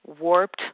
warped